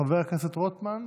חבר הכנסת רוטמן,